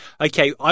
okay